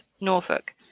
Norfolk